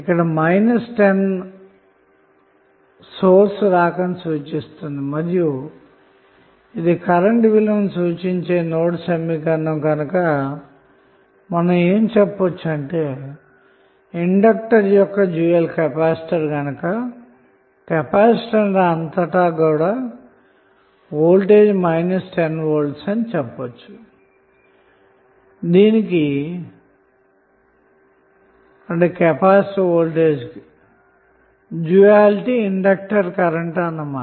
ఇక్కడ మైనస్ 10 అన్నది సోర్స్ రాక ని సూచిస్తుంది మరియు ఇది కరెంట్ విలువను సూచించే నోడ్ సమీకరణం కనుక మనం ఏమి చెప్పచు అంటే ఇండక్టర్ కి డ్యూయల్ కెపాసిటర్ గనక కెపాసిటర్ అంతటా గల వోల్టేజ్ మైనస్ 10 వోల్ట్ అన్న మాట కెపాసిటర్ వోల్టేజ్ కి డ్యూయాలిటీ ఇండక్టర్ కరెంట్ అన్న మాట